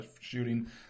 shooting